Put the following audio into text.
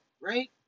right